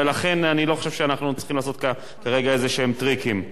ולכן אני לא חושב שאנחנו צריכים לעשות כאן כרגע טריקים כלשהם.